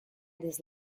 these